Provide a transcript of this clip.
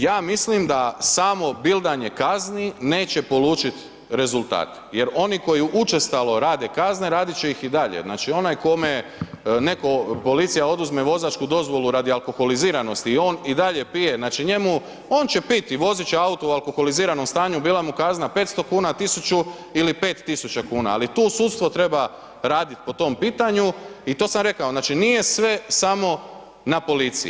Ja mislim da samo bildanje kazne neće polučiti rezultate jer oni koji učestalo rade kazne, radit će ih i dalje, znači onaj kome netko, policija oduzme vozački dozvolu radi alkoholiziranosti i on i dalje pije, znači, on će piti i voziti će auto u alkoholiziranom stanju, bila mu kazna 500 kuna, 1000 ili 5000 kn, ali tu sudstvo treba raditi po tom pitanju i to sam rekao, znači nije sve samo na policiji.